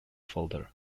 folder